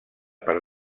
per